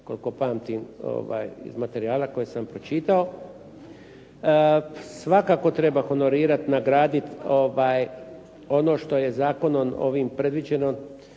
koliko pamtim iz materijala koje sam pročitao. Svakako treba honorirat, nagradit ono što je zakonom ovim predviđeno,